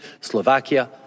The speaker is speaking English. Slovakia